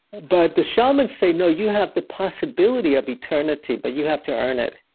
but the shamans say, no, you have the possibility of eternity. but you have to earn it.